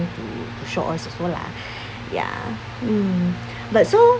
to to show us also lah ya mm but so